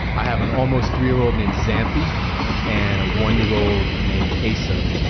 i have an almost three year old named zanta and a one year old named aissa,